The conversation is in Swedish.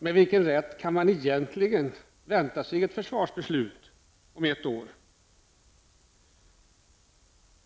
Med vilken rätt kan man egentligen förvänta sig ett försvarsbeslut om ett år?